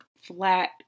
flat